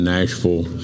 Nashville